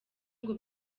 ngo